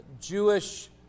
Jewish